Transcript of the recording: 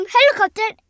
Helicopter